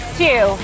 two